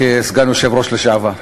כסגן יושב-ראש לשעבר.